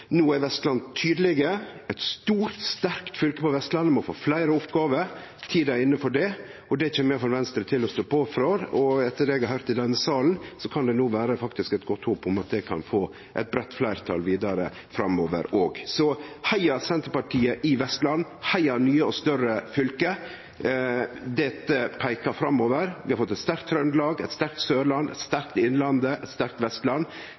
No er Vestland tydelege: Eit stort, sterkt fylke på Vestlandet må få fleire oppgåver. Tida er inne for det, og det kjem iallfall Venstre til å stå på for. Og etter det eg har høyrt i denne salen, kan det no faktisk vere eit godt håp om at det kan få eit breitt fleirtal vidare framover òg. Så heia Senterpartiet i Vestland, heia nye og større fylke! Dette peikar framover, vi har fått eit sterkt Trøndelag, eit sterkt Agder på Sørlandet, eit sterkt Innlandet, eit sterkt Vestland.